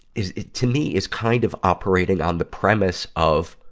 is, to me, is kind of operating on the premise of,